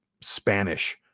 Spanish